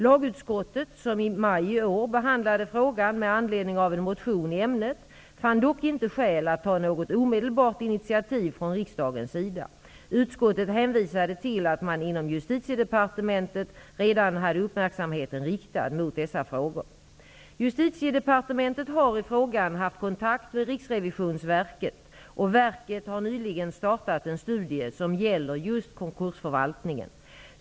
Lagutskottet, som i maj i år behandlade frågan med anledning av en motion i ämnet, fann dock inte skäl att ta något omedelbart initiativ från riksdagens sida. Utskottet hänvisade till att man inom Justitiedepartementet redan hade uppmärksamheten riktad mot dessa frågor. Justitiedepartementet har i frågan haft kontakt med Riksrevisionsverket och verket har nyligen startat en studie som gäller just konkusförvaltningen.